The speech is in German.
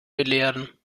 belehren